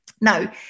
Now